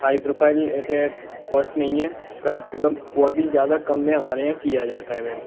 high profile ऐसे cost नहीं है कम से कम और भी ज़्यादा कम में हमारे किया जाता है मैम